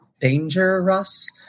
dangerous